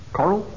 Coral